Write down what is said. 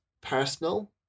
personal